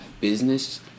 Business